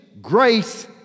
grace